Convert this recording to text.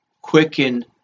quicken